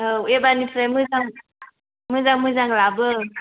औ एबारनिफ्राय मोजां मोजां मोजां लाबो